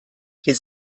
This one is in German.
viel